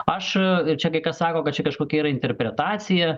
aš ir čia kai kas sako kad čia kažkokia yra interpretacija